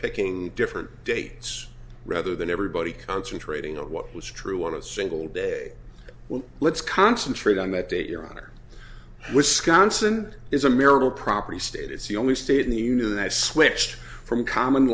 picking different dates rather than everybody concentrating on what was true on a single day well let's concentrate on that date your honor wisconsin is a marital property state it's the only state in the union that switched from common